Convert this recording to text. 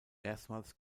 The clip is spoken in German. erstmals